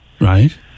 Right